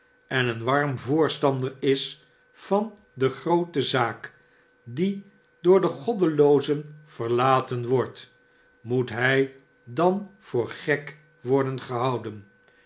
en een warm voorstander is van de groote zaak die door de goddeloozen verlaten wordt moet hij dan voor gek worden gehouden